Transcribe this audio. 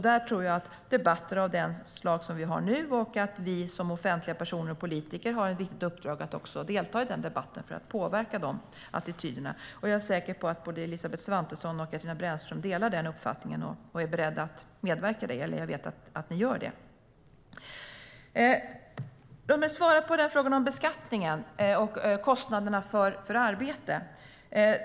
Där tror jag att debatter av det slag som vi har nu påverkar och att vi som offentliga personer och politiker har ett viktigt uppdrag att delta i den debatten för att påverka de attityderna. Jag är säker på Elisabeth Svantesson och Katarina Brännström delar den uppfattningen och är beredda att medverka i det, och jag vet att ni gör det. Låt mig svara på frågan om beskattningen och kostnaderna för arbete.